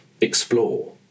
explore